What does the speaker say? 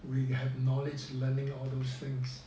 we have knowledge learning all those things